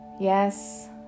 Yes